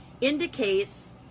indicates